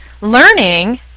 learning